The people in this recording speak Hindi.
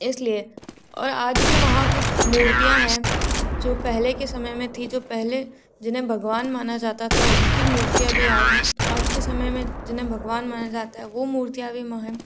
इस लिए और आज भी वहाँ कुछ मूर्तियाँ हैं जो पहले के समय में थी जो पहले जिन्हें भगवान माना जाता था उनकी मूर्तियाँ भी आज है आज के समय में जिन्हे हम भगवान माना जाता हैं वो मूर्तियाँ भी वहाँ हैं